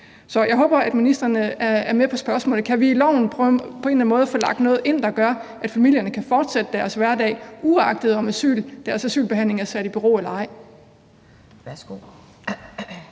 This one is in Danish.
Jeg håber, at ministeren er med på spørgsmålet. Kan vi i loven på en eller anden måde få lagt noget ind, der gør, at familierne kan fortsætte deres hverdag, uagtet om deres asylbehandling er sat i bero eller ej?